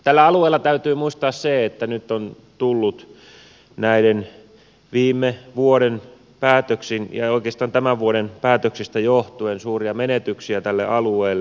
tällä alueella täytyy muistaa se että nyt on tullut viime vuoden päätöksin ja oikeastaan tämän vuoden päätöksistä johtuen suuria menetyksiä tälle alueelle